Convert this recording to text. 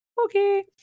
okay